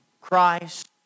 Christ